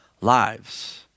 lives